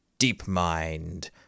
DeepMind